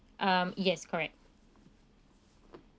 um yes correct